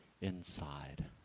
inside